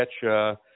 catch –